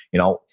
you know,